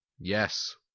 Yes